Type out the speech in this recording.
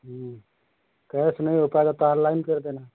cash नहीं हो पाएगा तो ऑनलाइन कर देना